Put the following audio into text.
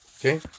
Okay